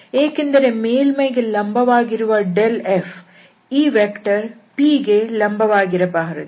ಏಕೆಂದರೆ ಮೇಲ್ಮೈಗೆ ಲಂಬವಾಗಿರುವ f ಈ ವೆಕ್ಟರ್ p ಗೆ ಲಂಬವಾಗಿರಬಾರದು